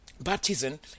Baptism